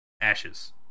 ashes